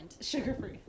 Sugar-free